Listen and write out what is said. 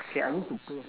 okay I need to play as